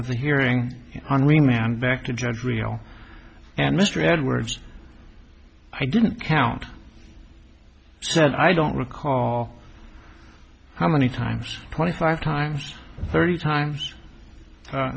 of the hearing on remand back to judge real and mr edwards i didn't count so i don't recall how many times twenty five times thirty times